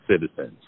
citizens